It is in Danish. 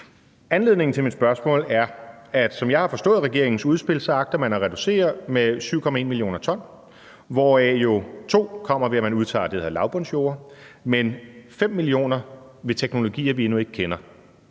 Anledningen til mit spørgsmål er, at som jeg har forstået regeringens udspil, agter man at reducere med 7,1 mio. t, hvoraf jo 2 mio. t kommer, ved at man udtager det, der hedder lavbundsjorder, mens 5 mio. t kommer ved teknologier, vi endnu ikke kender.